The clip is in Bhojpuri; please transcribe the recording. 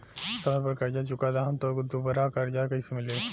समय पर कर्जा चुका दहम त दुबाराकर्जा कइसे मिली?